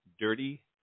Dirty